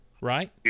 right